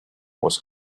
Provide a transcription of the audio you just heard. was